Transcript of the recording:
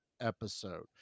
episode